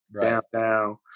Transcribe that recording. downtown